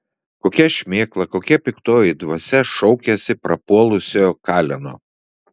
kokia šmėkla kokia piktoji dvasia šaukiasi prapuolusiojo kaleno